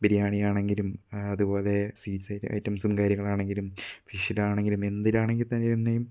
ബിരിയാണി ആണെങ്കിലും അതുപോലെ സ്വീറ്റ്സ് ഐറ്റംസും കാര്യങ്ങളാണെങ്കിലും ഫിഷ്ഷിലാണെങ്കിലും എന്തിനാണെങ്കിൽ തന്നെയും